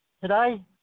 today